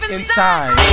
inside